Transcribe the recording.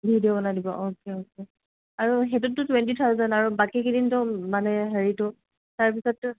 video বনাই দিব okay okay আৰু সেইটোততো টুৱেণ্টি থাউজেন আৰু বাকী কেইদিনতো মানে হেৰিটো তাৰপিছততো